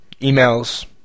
emails